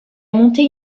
monté